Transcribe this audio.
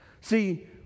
See